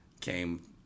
came